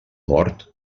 mort